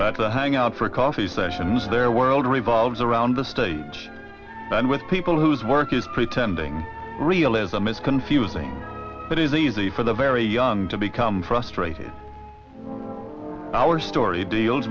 to hang out for coffee sessions their world revolves around the stage and with people whose work is pretending realism is confusing but it is easy for the very young to become frustrated our story deals